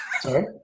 Sorry